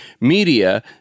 media